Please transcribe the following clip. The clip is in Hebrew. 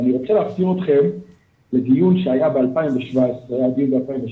אני רוצה להחזיר אתכם לדיון שהיה באביב 2017,